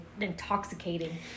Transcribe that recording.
intoxicating